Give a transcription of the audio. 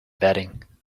bedding